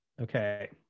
Okay